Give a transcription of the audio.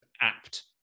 apt